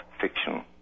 fiction